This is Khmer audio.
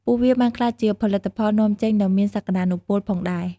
ពួកវាបានក្លាយជាផលិតផលនាំចេញដ៏មានសក្តានុពលផងដែរ។